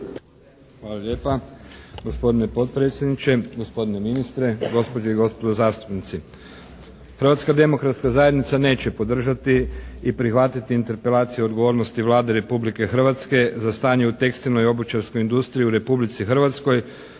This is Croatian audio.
Hvala lijepa. Gospodine potpredsjedniče, gospodine ministre, gospođe i gospodo zastupnici. Hrvatska demokratska zajednica neće podržati i prihvatiti Interpelaciju o odgovornosti Vlade Republike Hrvatske za stanje u tekstilnoj i obućarskoj industriji u Republici Hrvatskoj